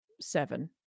Seven